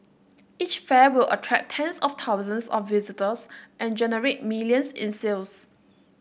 each fair would attract tens of thousands of visitors and generate millions in sales